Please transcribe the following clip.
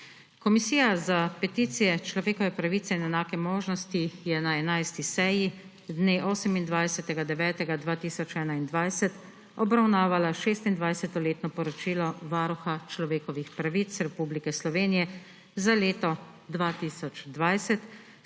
Komisija za peticije, človekove pravice in enake možnosti je na 11. seji dne 28. 9. 2021 obravnavala 26. letno poročilo Varuha človekovih pravic Republike Slovenije za leto 2020